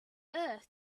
earth